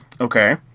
Okay